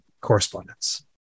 correspondence